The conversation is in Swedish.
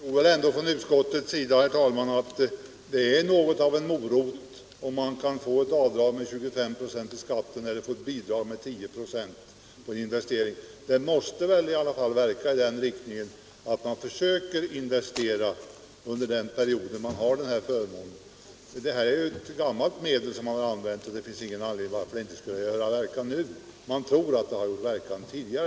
Herr talman! Utskottet tror att det är något av en morot om man på investeringarna kan få ett skatteavdrag på 25 4 eller ett bidrag på 10 96. Det måste väl i alla fall verka i den riktningen att man försöker investera under den period då man har denna förmån. Detta är ju ett gammalt medel, som använts tidigare. Efter de undersökningar man har gjort tror man att det har haft verkan. Det finns ingen anledning att tro att det inte skulle göra verkan också nu.